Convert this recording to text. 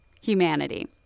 humanity